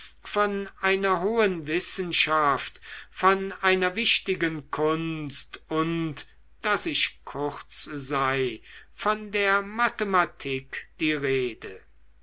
von einer hohen wissenschaft von einer wichtigen kunst und daß ich kurz sei von der mathematik die rede